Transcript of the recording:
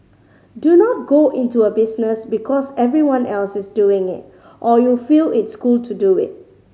do not go into a business because everyone else is doing it or you feel it's cool to do it